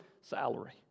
salary